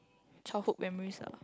childhood memories ah